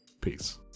Peace